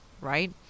Right